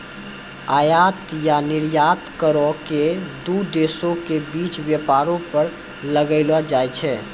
आयात या निर्यात करो के दू देशो के बीच व्यापारो पर लगैलो जाय छै